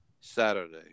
Saturday